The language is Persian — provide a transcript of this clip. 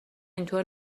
اینطور